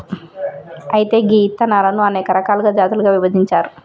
అయితే గీ ఇత్తనాలను అనేక రకాలుగా జాతులుగా విభజించారు